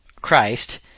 Christ